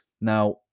Now